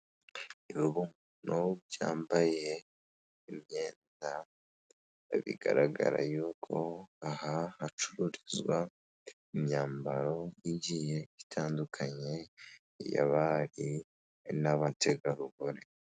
Ibibumbano byambaye imyenda bigaragara yuko aha hacururizwa imyambaro igihe itandukanye y'abari n'abategarugori.